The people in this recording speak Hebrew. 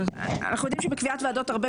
אנחנו יודעים שבקביעת ועדות הרבה